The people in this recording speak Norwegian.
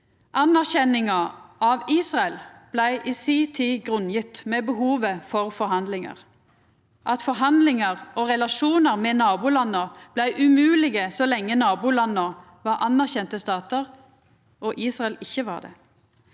Anerkjenninga av Israel blei i si tid grunngjeve med behovet for forhandlingar, at forhandlingar og relasjonar med nabolanda blei umoglege så lenge nabolanda var anerkjente statar, og Israel ikkje var det.